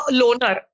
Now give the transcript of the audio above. loner